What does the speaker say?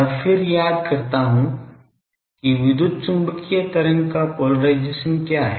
अब फिर याद करता हूं कि विद्युत चुम्बकीय तरंग का पोलराइजेशन क्या है